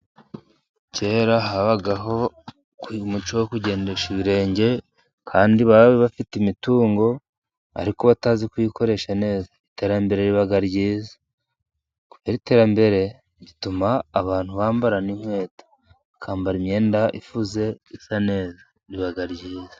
Kera habagaho umuco wo kugendesha ibirenge, kandi bari bafite imitungo ariko batazi kuyikoresha neza. Iterambere riba ryiza. Iterambere rituma abantu bambara n'inkweto bakambara imyenda ifuze isa neza. Riba ryiza.